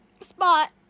spot